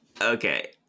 okay